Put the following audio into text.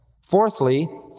Fourthly